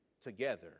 together